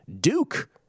Duke